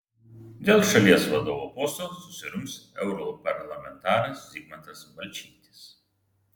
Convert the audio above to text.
dėl šalies vadovo posto susirungs europarlamentaras zigmantas balčytis